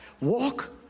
Walk